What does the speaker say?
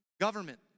government